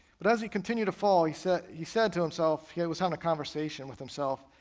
but as he continued to fall he said he said to himself, he he was having a conversation with himself,